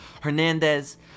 Hernandez